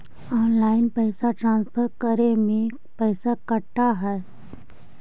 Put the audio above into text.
Online पैसा transfer करे में पैसा कटा है?